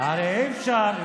הרי אי-אפשר,